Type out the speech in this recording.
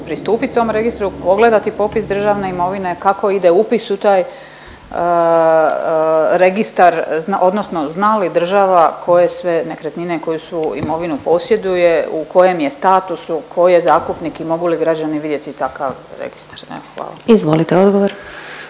pristupit tom registru, pogledati popis državne imovine, kako ide upis u taj registar odnosno zna li država koje sve nekretnine, koju svu imovinu posjeduje, u kojem je statusu, ko je zakupnik i mogu li građani vidjeti takav registar? Evo hvala.